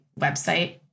website